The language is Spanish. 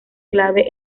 clave